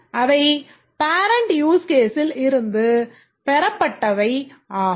அவை parent use case ல் இருந்து பெறப்பட்டவை ஆகும்